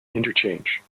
interchange